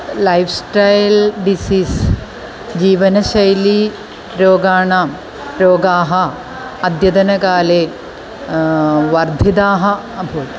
lifestyle diseases जीवनशैली रोगाः रोगाः अद्यतनकाले वर्धिताः अभूत्